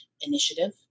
initiative